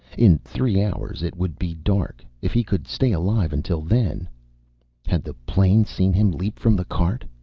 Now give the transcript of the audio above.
in three hours it would be dark. if he could stay alive until then had the plane seen him leap from the cart?